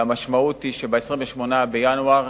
והמשמעות היא שב-28 בינואר